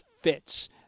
fits